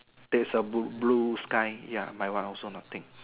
there's a blue blue sky ya my one also nothing